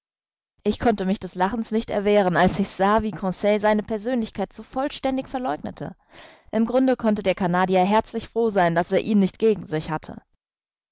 ich konnte mich des lachens nicht erwehren als ich sah wie conseil seine persönlichkeit so vollständig verleugnete im grunde konnte der canadier herzlich froh sein daß er ihn nicht gegen sich hatte